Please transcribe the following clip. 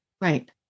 Right